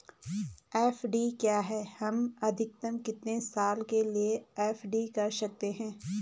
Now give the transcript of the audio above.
FD क्या है हम अधिकतम कितने साल के लिए एफ.डी कर सकते हैं?